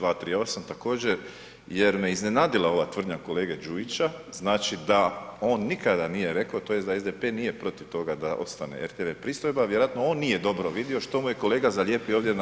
238. također jer me iznenadila ova tvrdnja kolege Đujića znači da on nikada nije rekao tj. da SDP nije protiv toga da ostane RTV pristojba, vjerojatno on nije dobro vidio što mu je kolega zalijepio ovdje